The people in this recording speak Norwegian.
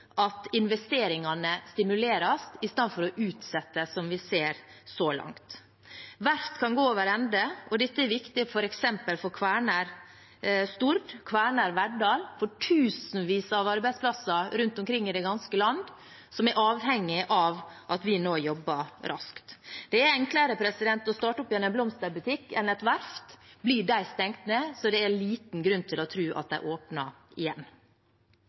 at investeringene stimuleres i stedet for at de utsettes, slik vi ser så langt. Verft kan gå over ende, og dette er viktig for f.eks. Kværner Stord, for Kværner Verdal og for tusenvis av arbeidsplasser rundt omkring i det ganske land, som er avhengige av at vi nå jobber raskt. Det er enklere å starte opp igjen en blomsterbutikk enn et verft – blir de stengt ned, er det liten grunn til å tro at de åpner igjen.